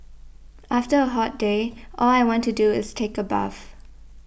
after a hot day all I want to do is take a bath